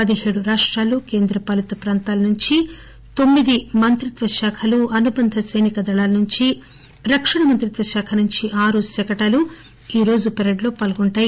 పదిహేడు రాష్టాలు కేంద్రపాలిత ప్రాంతాల నుంచి తొమ్మిది వివిధ మంత్రిత్వ శాఖలు అనుబంధ సైనిక దళాల నుంచి రక్షణ మంత్రిత్వ శాఖ నుంచి ఆరు శకటాలు ఈరోజు పెరేడ్ లో పాల్గొంటాయి